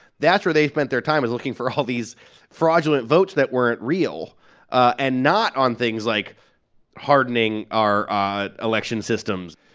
that's why they've spent their time is looking for all these fraudulent votes that weren't real and not on things like hardening our election systems.